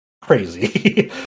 crazy